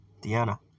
Deanna